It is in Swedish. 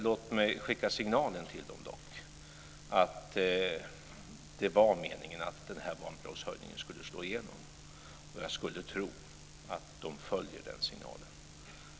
Låt mig dock skicka den signalen till dem att det var meningen att den här barnbidragshöjningen skulle slå igenom. Jag skulle tro att de följer den signalen.